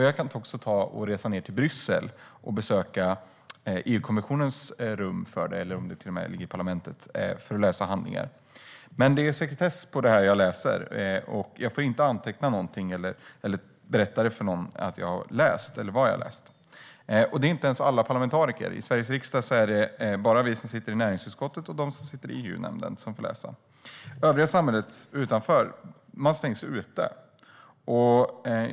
Jag kan också resa ned till Bryssel och besöka EU-kommissionens rum - eller om det till och med ligger i parlamentet - för att läsa handlingar. Det är dock sekretess på det jag läser, och jag får inte anteckna någonting eller berätta för någon vad jag har läst. Det är inte ens alla parlamentariker som får läsa; i Sveriges riksdag är det bara vi som sitter i näringsutskottet och de som sitter i EU-nämnden som får göra det. Det övriga samhället har stängts ute.